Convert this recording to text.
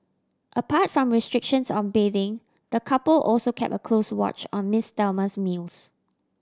apart from restrictions on bathing the couple also kept a close watch on Miss Thelma's meals